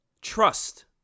Trust